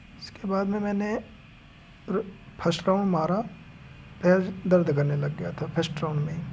उसके बाद में मैंने प्र फर्स्ट राउंड मारा फिर दर्द करने लग गया था फर्स्ट राउंड में ही